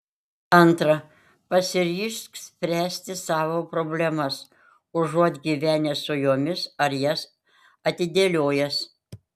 antra pasiryžk spręsti savo problemas užuot gyvenęs su jomis ar jas atidėliojęs